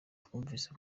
twumvise